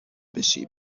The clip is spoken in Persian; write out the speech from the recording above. بشی